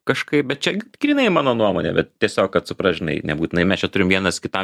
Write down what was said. kažkaip bet čia grynai mano nuomonė bet tiesiog kad suprast žinai nebūtinai mes čia turime vienas kitam